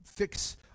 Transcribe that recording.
Fix